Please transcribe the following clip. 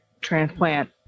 transplant